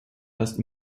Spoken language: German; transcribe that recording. erst